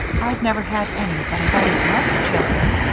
i've never had any but i've always loved children.